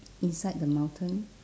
inside the mountain